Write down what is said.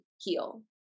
heal